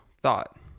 thought